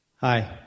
Hi